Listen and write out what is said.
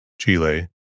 Chile